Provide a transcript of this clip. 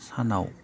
सानाव